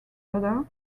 other